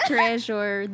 Treasure